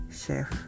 chef